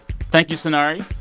thank you, sonari.